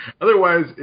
Otherwise